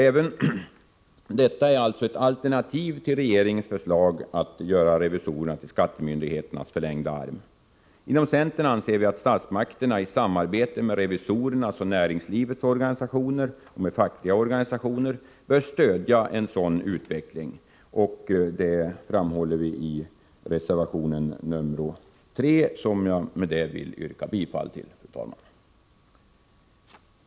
Även detta är ett alternativ till regeringens förslag att göra revisorerna till skattemyndigheternas förlängda arm. Inom centern anser vi att statsmakterna i samarbete med revisorernas och näringslivets organisationer och med de fackliga organisationerna bör stödja en sådan utveckling. Det framhåller vi i reservation 3, som jag med detta vill yrka bifall till.